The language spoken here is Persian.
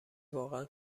واقعا